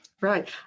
Right